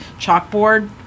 chalkboard